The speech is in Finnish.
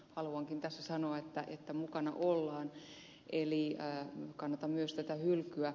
haluankin tässä sanoa että mukana ollaan eli minä myös kannatan tätä hylkyä